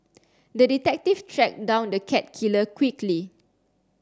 the detective tracked down the cat killer quickly